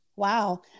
Wow